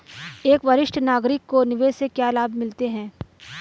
एक वरिष्ठ नागरिक को निवेश से क्या लाभ मिलते हैं?